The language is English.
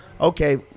okay –